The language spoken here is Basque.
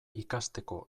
ikasteko